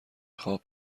خواب